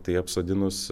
tai apsodinus